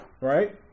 Right